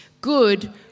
good